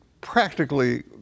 practically